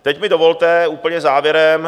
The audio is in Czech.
Teď mi dovolte úplně závěrem.